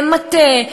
מטה,